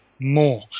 more